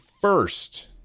first